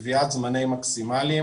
שקביעת זמנים מקסימליים